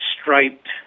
striped